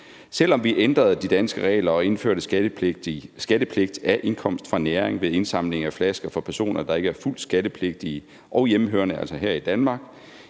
Selv om vi ændrede de danske regler og indførte skattepligt af indkomst fra næring ved indsamling af flasker for personer, der ikke er fuldt skattepligtige og altså ikke hjemmehørende her i Danmark,